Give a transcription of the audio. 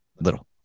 little